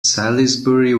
salisbury